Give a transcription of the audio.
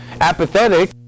apathetic